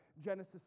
Genesis